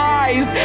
eyes